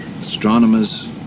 astronomers